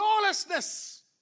lawlessness